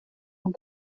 vom